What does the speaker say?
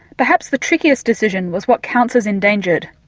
perhaps the trickiest decision was what counts as endangered.